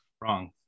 Wrong